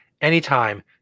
anytime